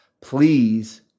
please